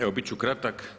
Evo bit ću kratak.